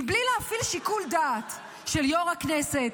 מבלי להפעיל שיקול דעת של יו"ר הכנסת,